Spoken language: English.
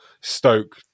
Stoke